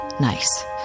Nice